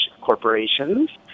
corporations